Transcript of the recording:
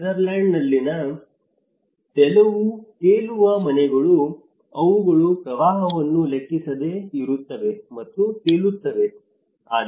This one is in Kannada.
ನೆದರ್ಲ್ಯಾಂಡ್ಸ್ನಲ್ಲಿನ ತೇಲುವ ಮನೆಗಳು ಇವುಗಳು ಪ್ರವಾಹವನ್ನು ಲೆಕ್ಕಿಸದೆ ಇರುತ್ತವೆ ಮತ್ತು ತೇಲುತ್ತವೆ